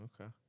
Okay